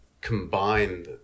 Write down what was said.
combine